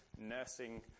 nursing